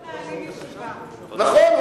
נכון,